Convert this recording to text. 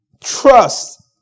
Trust